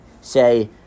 say